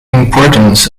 importance